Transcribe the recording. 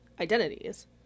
identities